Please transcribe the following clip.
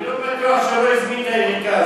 לא בטוח שהוא לא הזמין את היריקה הזאת.